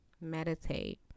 meditate